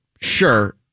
Sure